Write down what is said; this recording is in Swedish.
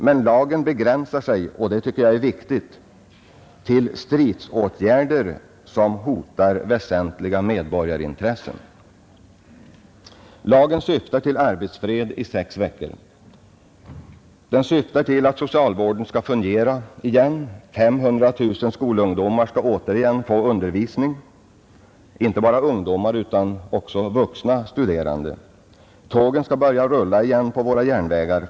Men lagen begränsar sig, och detta är viktigt, till stridsåtgärder som hotar väsentliga medborgarintressen. Lagen syftar till arbetsfred i sex veckor. Socialvården skall fungera igen. 500 000 studerande skall återigen få undervisning. Tågen skall börja rulla igen på våra järnvägar.